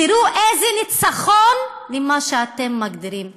תראו איזה ניצחון למה שאתם מגדירים טרור,